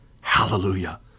Hallelujah